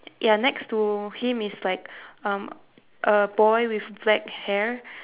ya next to him is like um a boy with black hair